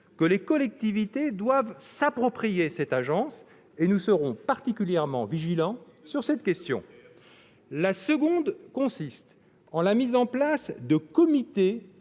que les collectivités doivent s'approprier l'agence et nous serons particulièrement vigilants sur cette question. La seconde consiste en la mise en place de comités